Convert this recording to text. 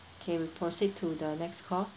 okay we proceed to the next call